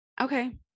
Okay